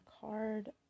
card